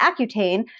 Accutane